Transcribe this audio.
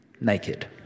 naked